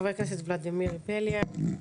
חבר הכנסת ולדימיר בליאק.